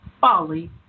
folly